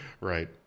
Right